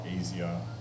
easier